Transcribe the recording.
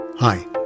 Hi